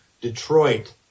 Detroit